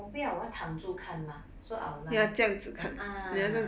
我不要我躺住看 mah so I will lie